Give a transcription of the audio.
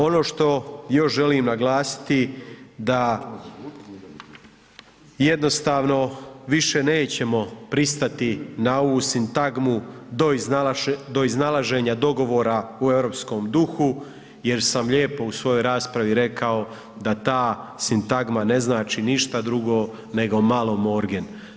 Ono što još želim naglasiti da jednostavno više nećemo pristati na ovu sintagmu do iznalaženja dogovora u europskom duhu jer sam lijepo u svojoj raspravi rekao da ta sintagma ne znači ništa drugo nego malo morgen.